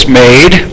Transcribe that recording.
made